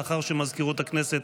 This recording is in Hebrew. לאחר שמזכירות הכנסת